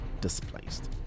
displaced